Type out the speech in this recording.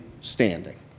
standing